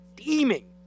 steaming